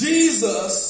Jesus